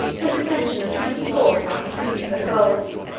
and a pension of twenty-four thousand pieces of gold,